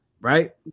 right